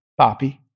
Papi